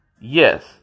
Yes